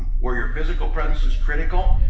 where your physical presence is critical,